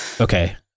Okay